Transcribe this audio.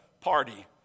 party